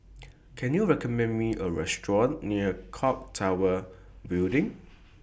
Can YOU recommend Me A Restaurant near Clock Tower Building